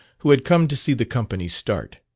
who had come to see the company start.